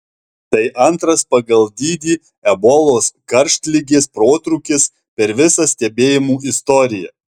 tai antras pagal dydį ebolos karštligės protrūkis per visą stebėjimų istoriją